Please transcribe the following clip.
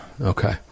Okay